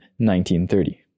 1930